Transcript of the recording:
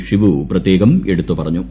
ഷിവു പ്രത്യേകം എടുത്തു പറഞ്ഞു